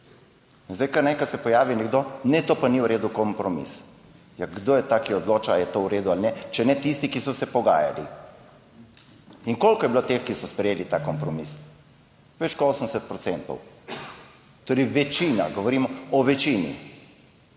in zdaj kar naenkrat se pojavi nekdo, ne, to pa ni v redu kompromis. Ja, kdo je ta, ki odloča ali je to v redu ali ne, če ne tisti, ki so se pogajali in koliko je bilo teh, ki so sprejeli ta kompromis, več kot 80 procentov, torej večina, govorimo o večini.